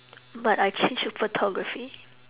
but I changed to photography